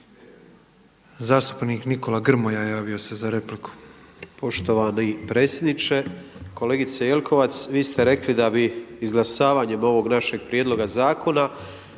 Zastupnik Nikola Grmoja javio se za repliku.